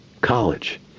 College